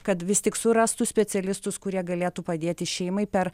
kad vis tik surastų specialistus kurie galėtų padėti šeimai per